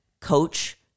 coach